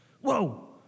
Whoa